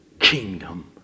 Kingdom